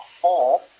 four